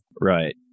Right